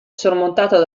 sormontato